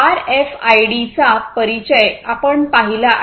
आरएफआयडीचा परिचय आपण पाहिला आहे